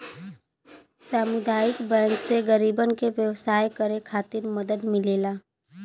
सामुदायिक बैंक से गरीबन के व्यवसाय करे खातिर मदद मिलेला